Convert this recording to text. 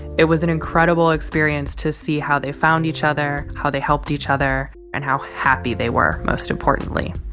it was an incredible experience to see how they found each other, how they helped each other and how happy they were, most importantly.